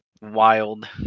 Wild